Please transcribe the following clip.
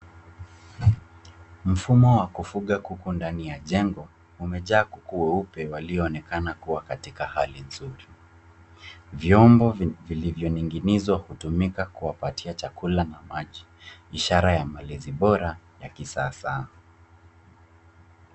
Mfumo wa kufunga kuku ndani ya jengo umejaa kuku weupe walioonekana kuwa katika hali nzuri. Vyombo vilivyoning'inizwa hutumika kuwapatia chakula na maji. Ishara ya malezi bora ya kisasa.